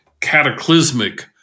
cataclysmic